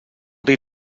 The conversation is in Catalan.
dir